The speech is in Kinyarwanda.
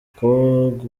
gukurura